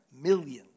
Millions